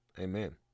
Amen